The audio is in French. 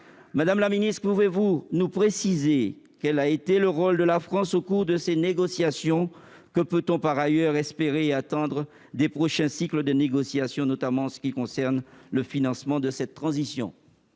Madame la ministre, pouvez-vous nous préciser quel a été le rôle de la France au cours de ces négociations ? Que peut-on, par ailleurs, espérer des prochains cycles de négociation, notamment en ce qui concerne le financement de cette transition ?